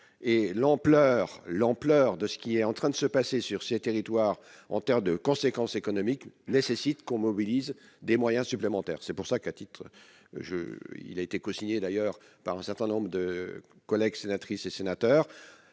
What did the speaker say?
l'ampleur de ce qui est en train de se passer sur ces territoires en terme de conséquences économiques nécessite qu'on mobilise des moyens supplémentaires, c'est pour ça qu'à titre je, il a été cosigné d'ailleurs par un certain nombre de collègues sénatrices et sénateurs,